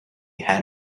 had